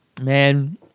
Man